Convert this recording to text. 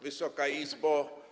Wysoka Izbo!